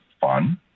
fun